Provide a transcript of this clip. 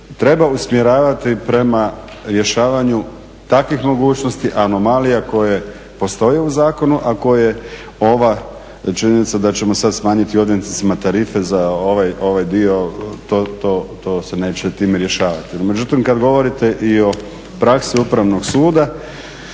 treba usmjeravati prema rješavanju takvih mogućnosti, anomalija koje postoje u zakonu, a koje ova činjenica da ćemo sada smanjiti odvjetnicima tarife za ovaj dio, to se neće time rješavati. Međutim kada govorite i o praksi ovdje